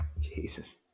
Jesus